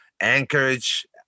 Anchorage